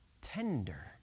tender